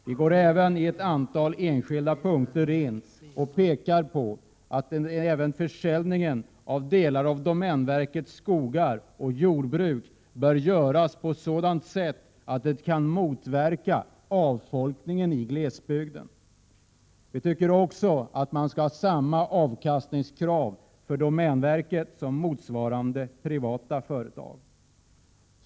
Vi går även på ett antal enskilda punkter in och pekar på att försäljningen av delar av domänverkets skogar och jordbruk bör göras på sådant sätt att avfolkningen i glesbygden kan motverkas. Vi tycker också att samma avkastningskrav skall gälla för domänverket som för motsvarande privata företag.